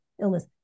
illness